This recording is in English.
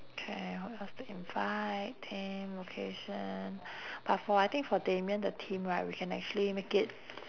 okay who else to invite then location but for I think for damian the theme right we can actually make it